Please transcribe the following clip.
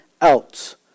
else